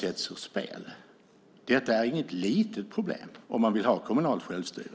Enligt min uppfattning är det inget litet problem om man vill ha kommunalt självstyre.